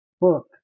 book